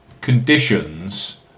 conditions